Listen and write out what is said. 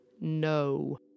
no